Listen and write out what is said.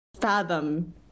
fathom